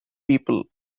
people